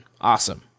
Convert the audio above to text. Awesome